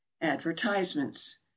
Advertisements